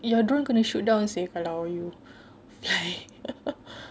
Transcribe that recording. your drone kena shoot down seh kalau you fly